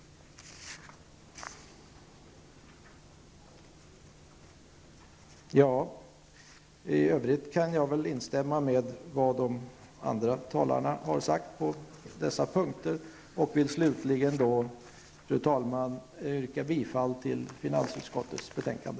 I övrigt kan jag instämma med de andra talarna. Fru talman! Jag vill yrka bifall till hemställan i finansutskottets betänkande.